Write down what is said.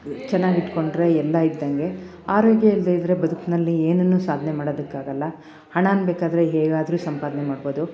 ಚೆನ್ನಾಗಿಟ್ಕೊಂಡರೆ ಎಲ್ಲ ಇದ್ದಂಗೆ ಆರೋಗ್ಯ ಇಲ್ಲದೇ ಇದ್ದರೆ ಬದುಕಿನಲ್ಲಿ ಏನನ್ನು ಸಾಧ್ನೆ ಮಾಡೋದಕ್ಕಾಗಲ್ಲ ಹಣಾನ ಬೇಕಾದರೆ ಹೇಗಾದ್ರು ಸಂಪಾದನೆ ಮಾಡ್ಬೋದು